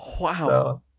Wow